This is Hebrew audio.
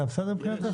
זה היה בסדר מבחינתך?